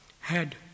head